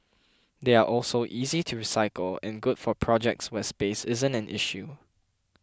they are also easy to recycle and good for projects where space isn't an issue